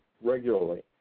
regularly